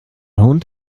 hund